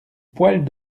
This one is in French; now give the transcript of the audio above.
poils